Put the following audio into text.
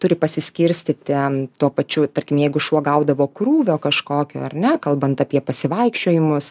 turi pasiskirstyti tuo pačiu tarkim jeigu šuo gaudavo krūvio kažkokio ar ne kalbant apie pasivaikščiojimus